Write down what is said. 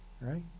right